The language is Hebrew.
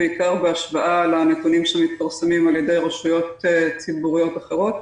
בעיקר בהשוואה לנתונים שמתפרסמים על ידי רשויות ציבוריות אחרות.